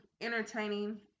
entertaining